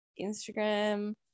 instagram